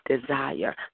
desire